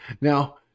now